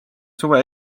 suve